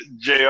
Jr